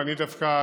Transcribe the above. ואני דווקא,